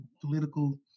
political